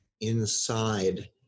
inside